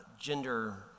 gender